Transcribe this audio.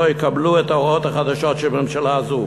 יקבלו את ההוראות החדשות של ממשלה זו,